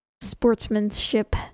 sportsmanship